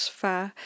far